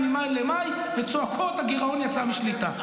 ממאי למאי וצועקות: הגירעון יצא משליטה.